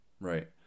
Right